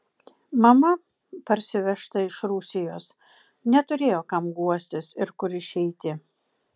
mama parsivežta iš rusijos neturėjo kam guostis ir kur išeiti